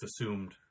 assumed